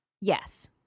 Yes